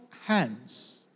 hands